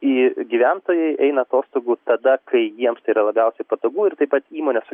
į gyventojai eina atostogų tada kai jiems tai yra labiausiai patogu ir taip pat įmonės